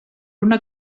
una